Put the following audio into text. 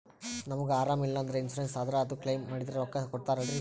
ನಮಗ ಅರಾಮ ಇಲ್ಲಂದ್ರ ಇನ್ಸೂರೆನ್ಸ್ ಇದ್ರ ಅದು ಕ್ಲೈಮ ಮಾಡಿದ್ರ ರೊಕ್ಕ ಕೊಡ್ತಾರಲ್ರಿ?